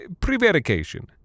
prevarication